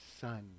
Son